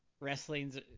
wrestlings